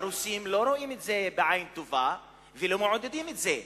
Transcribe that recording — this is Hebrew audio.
הרוסים לא רואים את זה בעין יפה ולא מעודדים את זה.